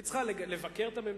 היא צריכה לבקר את הממשלה,